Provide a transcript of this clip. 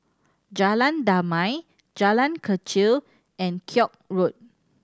Jalan Damai Jalan Kechil and Koek Road